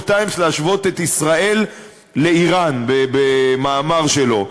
טיימס" להשוות את ישראל לאיראן במאמר שלו?